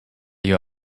you